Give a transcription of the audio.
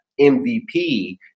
MVP